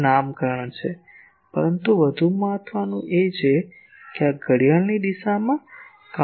આ નામકરણ છે પરંતુ વધુ મહત્ત્વનું છે આ ઘડિયાળની દિશામાં છે